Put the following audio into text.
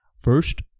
first